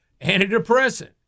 antidepressant